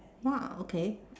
!wah! okay